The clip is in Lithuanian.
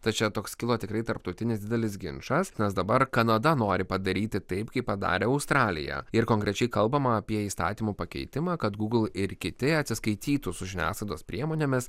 tai čia toks kilo tikrai tarptautinis didelis ginčas nes dabar kanada nori padaryti taip kaip padarė australija ir konkrečiai kalbama apie įstatymo pakeitimą kad gūgl ir kiti atsiskaitytų su žiniasklaidos priemonėmis